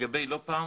לא פעם,